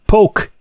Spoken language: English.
Poke